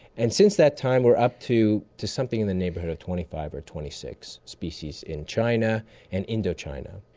and since that time we're up to to something in the neighbourhood of twenty five or twenty six species in china and indochina.